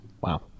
Wow